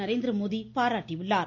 நரேந்திரமோதி பாராட்டியுள்ளார்